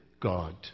God